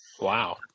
Wow